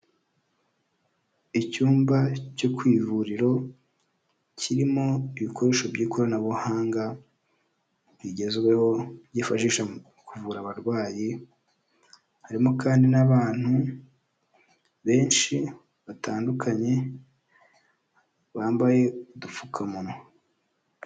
Icyumba cyo ku ivuriro kirimo ibikoresho by'ikoranabuhanga bigezweho byifashisha mu kuvura abarwayi, harimo kandi n'abantu benshi batandukanye bambaye udupfukamunwa.